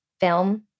film